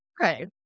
Okay